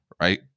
right